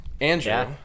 andrew